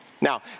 Now